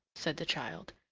said the child.